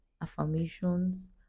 affirmations